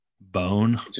bone